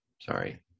Sorry